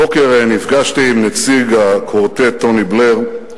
הבוקר נפגשתי עם נציג הקוורטט, טוני בלייר,